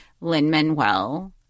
Lin-Manuel